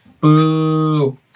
Boo